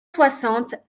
soixante